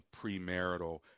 premarital